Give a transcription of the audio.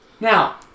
Now